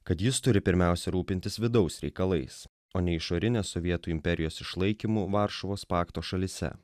kad jis turi pirmiausia rūpintis vidaus reikalais o ne išorinės sovietų imperijos išlaikymu varšuvos pakto šalyse